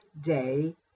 day